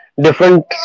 Different